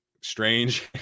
Strange